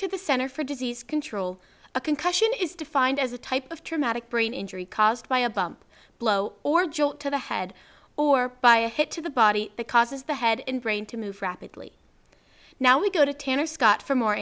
to the center for disease control a concussion is defined as a type of traumatic brain injury caused by a bump blow or jolt to the head or by a hit to the body that causes the head and brain to move rapidly now we go to tanner scott for more